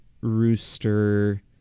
Rooster